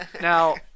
Now –